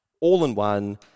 all-in-one